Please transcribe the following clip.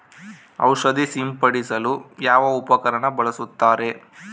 ಔಷಧಿ ಸಿಂಪಡಿಸಲು ಯಾವ ಉಪಕರಣ ಬಳಸುತ್ತಾರೆ?